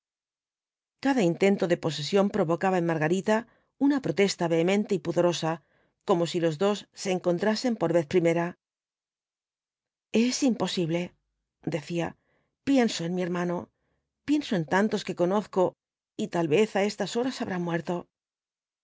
cada intento de posesión provocaba en margarita una protesta vehemente y pudorosa como si los dos se encontrasen por vez primera es imposible decía pienso en mi hermano pienso en tantos que conozco y tal vez á estas horas habrán muerto